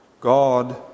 God